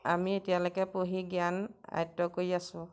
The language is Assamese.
আমি এতিয়ালৈকে পঢ়ি জ্ঞান আয়ত্ব কৰি আছোঁ